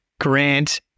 Grant